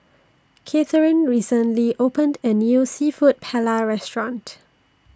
Katherin recently opened A New Seafood Paella Restaurant